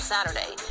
Saturday